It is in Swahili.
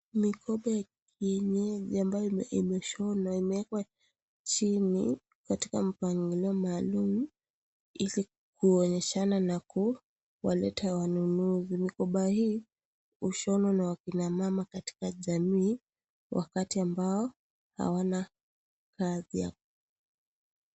Mikoba ya kienyeji ambayo imeshonwa na imewekwa chini katika mpangilio maalum Ili kuonyeshana na kuwaleta wanunuzi . Mikoba hii hushonwa na wa kina mama katika jamii wakati ambao hawana kazi.